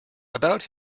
about